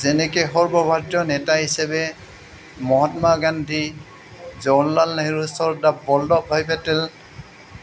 যেনেকে সৰ্বভাৰতীয় নেতা হিচাপে মহাত্মা গান্ধী জৱাহৰলাল নেহেৰু চৰ্দাৰ বল্লভ ভাই পেটেল